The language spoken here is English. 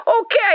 Okay